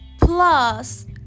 plus